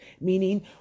Meaning